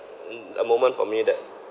mm a moment for me that